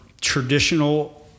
traditional